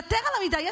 יתר על כן,